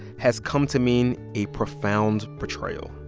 has come to mean a profound betrayal.